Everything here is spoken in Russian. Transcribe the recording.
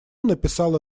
написал